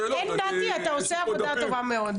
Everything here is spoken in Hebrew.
אתה עושה עבודה טובה מאוד.